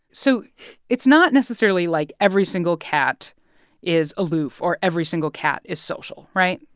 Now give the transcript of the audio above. so it's not necessarily like every single cat is aloof or every single cat is social, right?